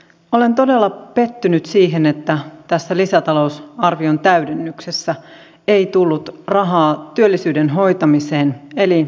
olen todella pettynyt siihen että tässä lisätalousarvion täydennyksessä ei tullut rahaa työllisyyden hoitamiseen eli palkkatukirahaa